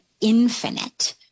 infinite